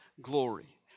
glory